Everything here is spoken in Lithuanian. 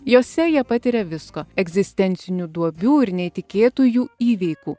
jose jie patiria visko egzistencinių duobių ir neįtikėtų jų įveikų